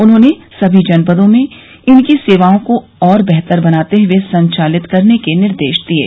उन्होंने सभी जनपदों में इनकी सेवाओं को और बेहतर बनाते हुए संचालित करने के निर्देश दिये